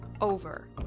over